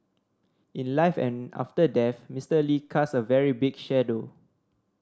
in life and after death Mister Lee casts a very big shadow